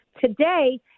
Today